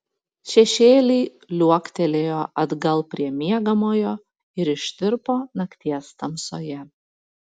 šešėliai liuoktelėjo atgal prie miegamojo ir ištirpo nakties tamsoje